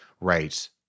Right